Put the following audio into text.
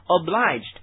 obliged